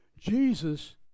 Jesus